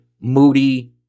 Moody